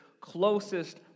closest